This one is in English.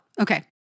Okay